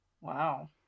Wow